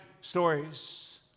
stories